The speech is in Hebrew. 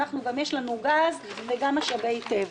יש לנו גם גז וגם משאבי טבע.